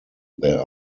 there